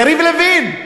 יריב לוין.